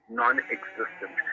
non-existent